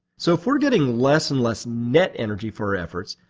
so, if we are getting less and less net energy for our efforts,